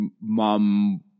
mom